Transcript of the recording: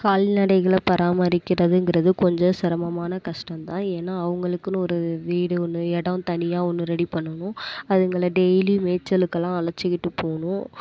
கால்நடைகளை பராமரிக்கிறதுங்கிறது கொஞ்சம் சிரமமான கஷ்டந்தான் ஏன்னா அவங்களுக்குன்னு ஒரு வீடு ஒன்று இடம் தனியாக ஒன்று ரெடி பண்ணணும் அதுங்களை டெய்லியும் மேய்ச்சலுக்கெல்லாம் அலைச்சிக்கிட்டு போகணும்